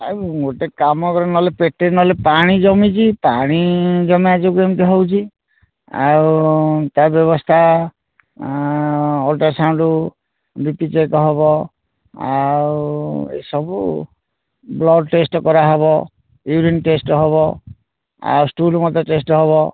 ଆଉ ଗୋଟିଏ କାମ କର ନହେଲେ ପେଟରେ ନହେଲେ ପାଣି ଜମିଛି ପାଣି ଜମିବା ଯୋଗୁଁ ଏମିତି ହେଉଛି ଆଉ ତା' ବ୍ୟବସ୍ଥା ଅଲ୍ଟ୍ରାସାଉଣ୍ଡ ବି ପି ଚେକ୍ ହେବ ଆଉ ଏସବୁ ବ୍ଲଡ଼ ଟେଷ୍ଟ କରାହେବ ୟୁରିନ୍ ଟେଷ୍ଟ ହେବ ଆଉ ଷ୍ଟୁଲ୍ ମଧ୍ୟ ଟେଷ୍ଟ ହେବ